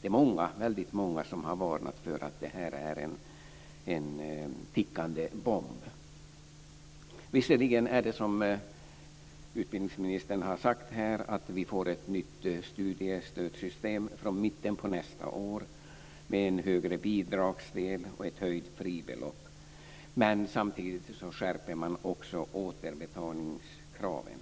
Det är väldigt många som har varnat för att detta är en tickande bomb. Visserligen är det så, som utbildningsministern har sagt här, att vi får ett nytt studiestödssystem från mitten av nästa år med en högre bidragsdel och ett höjt fribelopp, och samtidigt skärper man också återbetalningskraven.